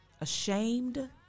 ashamed